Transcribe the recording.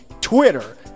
Twitter